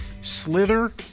Slither